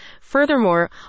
Furthermore